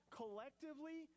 collectively